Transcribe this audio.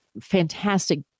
fantastic